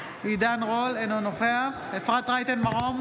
אינו נוכח אפרת רייטן מרום,